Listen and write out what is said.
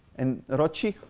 and rochi,